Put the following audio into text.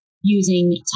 using